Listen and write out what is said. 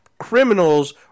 Criminals